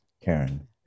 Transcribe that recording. Karen